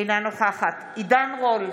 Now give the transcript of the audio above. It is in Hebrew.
אינה נוכחת עידן רול,